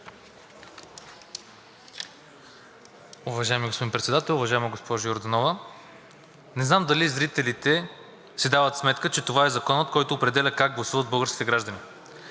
Уважаеми господин Председател, уважаема госпожо Йорданова! Не знам дали зрителите си дават сметка, че това е Законът, който определя как гласуват българските граждани.